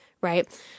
right